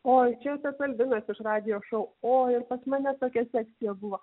oi čia tas albinas iš radijo šou o ir pas mane tokia sekcija buvo